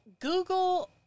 Google